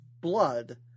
blood